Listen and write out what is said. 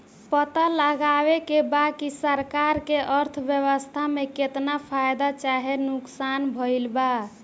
पता लगावे के बा की सरकार के अर्थव्यवस्था में केतना फायदा चाहे नुकसान भइल बा